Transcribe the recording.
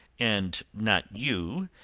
and not you,